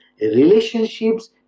relationships